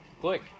Click